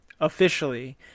officially